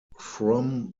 from